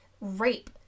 Rape